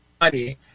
money